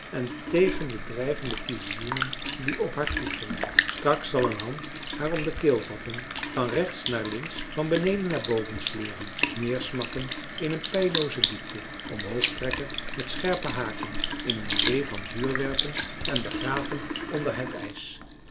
en tegen de dreigende visioenen die op haar toedringen straks zal een hand haar om de keel vatten van rechts naar links van beneden naar boven sleuren neersmakken in een peillooze diepte omhoog trekken met scherpe haken in een zee van vuur werpen en begraven onder het ijs